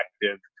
effective